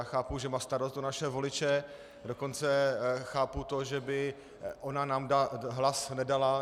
Chápu, že má starost o naše voliče, dokonce chápu to, že ona by nám hlas nedala.